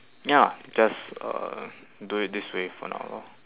ya just uh do it this way for now lor